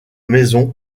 maisons